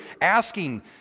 asking